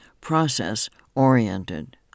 process-oriented